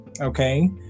Okay